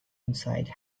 inside